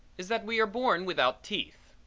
is that we are born without teeth.